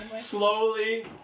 slowly